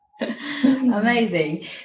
amazing